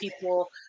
people